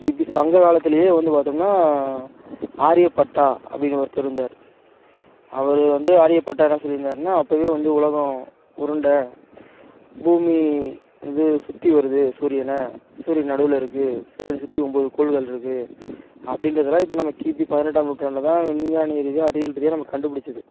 இப்படி சங்கக்காலத்துலேயே வந்து பார்த்தோம்னா ஆரியப்பட்டா அப்படினு ஒருத்தர் இருந்தார் அவரு வந்து ஆரியப்பட்டா என்ன சொல்லியிருந்தாருனா அப்போவே வந்து உலகம் உருண்டை பூமி வந்து சுற்றி வருது சூரியனை சூரியன் நடுவில் இருக்குது சூரியனை சுற்றி ஒம்பது கோள்கள் இருக்குது அப்படின்றதுலாம் இப்போ நம்ம கிபி பதினெட்டாம் நூற்றாண்டில் தான் விஞ்ஞானிரீதியாக அறிவியல் ரீதியாக நம்ம கண்டுபிடிச்சது